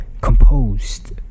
composed